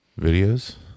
videos